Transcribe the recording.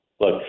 Look